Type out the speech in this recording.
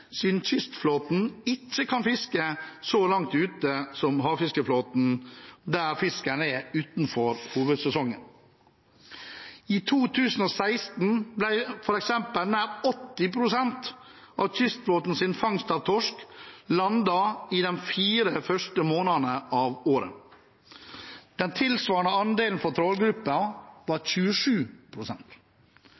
siden kystflåten ikke kan fiske så langt ute som havfiskeflåten, der fisken er utenfor hovedsesongen. I 2016 ble f.eks. nær 80 pst. av kystflåtens fangst av torsk landet i de fire første månedene av året. Den tilsvarende andelen for trålgruppen var